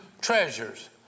treasures